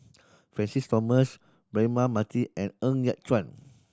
Francis Thomas Braema Mathi and Ng Yat Chuan